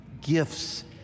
gifts